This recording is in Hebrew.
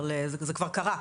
זה כבר קרה,